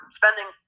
spending